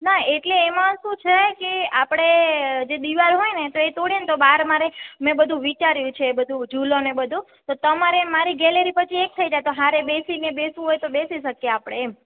ના એટલે એમાં શું છે કે આપડે જે દીવાલ હોય ને તો એ તોડીએ ને તો બાર મારે મેં બધું વિચાર્યું છે બધું જૂલોને બધું તમારે મારી ગેલેરી પાછી એક થઈ જાય તો હારે બેસીને બેસવું હોય તો બેસી શકીએ આપડે એમ